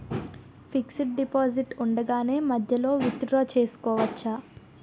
Fixed deposit ఉండగానే మధ్యలో withdraw చేసుకోవచ్చా?